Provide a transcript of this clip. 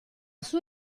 sua